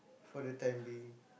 for the time being